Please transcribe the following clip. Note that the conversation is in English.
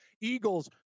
Eagles